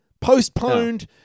postponed